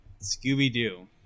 Scooby-Doo